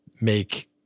make